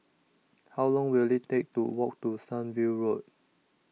How Long Will IT Take to Walk to Sunview Road